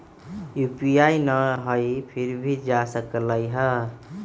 UPI न हई फिर भी जा सकलई ह?